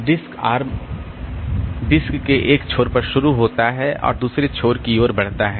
disc arm disk के एक छोर पर शुरू होता है और दूसरे छोर की ओर बढ़ता है